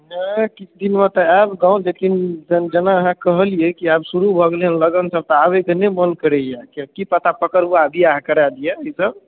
नहि कि दिन हुअ तऽ आयब गाँव लेकिन जेना अहाँ कहलियै कि आब शुरू भऽ गेलै हँ लगन सभ तऽ आबै के नहि मोन करैया किए कि पता पकडुआ विवाह करा दिया ई सभ